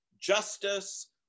justice